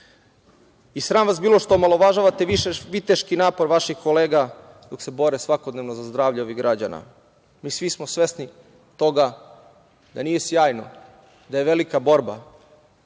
vlast. Sram vas bilo što omalovažavate viteški napor vaših kolega koji se bore svakodnevno za zdravlje ovih građana. Svi smo svesni toga da nije sjajno, da je velika borba,